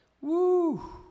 Woo